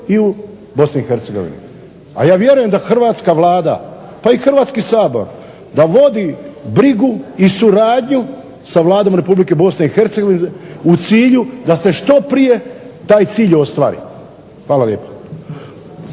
i u BiH. A ja vjerujem da hrvatska Vlada i Hrvatski sabor da vodi brigu i suradnju sa Vladom REpublike BiH u cilju da se što prije taj cilj ostvari. Hvala lijepa.